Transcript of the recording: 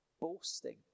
boasting